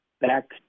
back